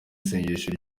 isengesho